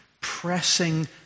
pressing